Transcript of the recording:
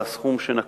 בסכום שנקבת.